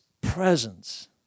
presence